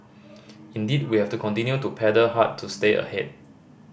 indeed we have to continue to paddle hard to stay ahead